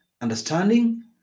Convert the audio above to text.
understanding